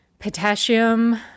Potassium